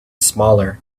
smaller